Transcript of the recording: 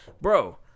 Bro